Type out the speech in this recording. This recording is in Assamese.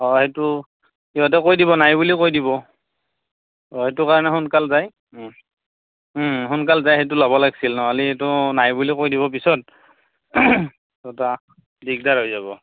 অ' সেইটো সিহঁতে কৈ দিব নাই বুলি কৈ দিব অ' এইটো কাৰণে সোনকালে যায় সোনকালে যাই সেইটো ল'ব লাগিছিল নহ'লে সেইটো নাই বুলি কৈ দিব পিছত আৰ দিগদাৰ হৈ যাব